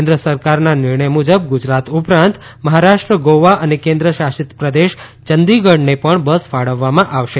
કેન્દ્ર સરકારનાં નિર્ણય મુજબ ગુજરાત ઉપરાંત મહારાષ્ટ્ર ગોવા અને કેન્દ્ર શાસિત પ્રદેશ ચંદીગઢને બસ ફાળવવામાં આવશે